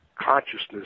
consciousness